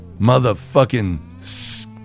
Motherfucking